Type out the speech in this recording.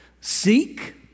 Seek